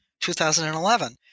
2011